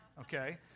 okay